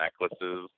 necklaces